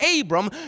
Abram